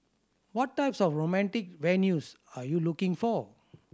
what types of romantic venues are you looking for